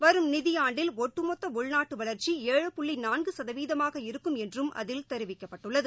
வரும் நிதியாண்டு ஒட்டுமொத்த உள்நாட்டு உற்பத்தி வளர்ச்சி ஏழு புள்ளி நான்கு சதவீதமாக இருக்கும் என்றும் அதில் தெரிவிக்கப்பட்டுள்ளது